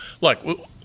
look